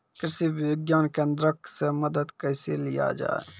कृषि विज्ञान केन्द्रऽक से मदद कैसे लिया जाय?